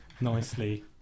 nicely